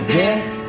death